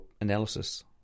analysis